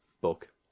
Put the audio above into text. book